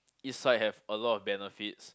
east side have a lot of benefits